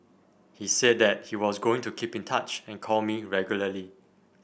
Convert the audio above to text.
he said that he was going to keep in touch and call me regularly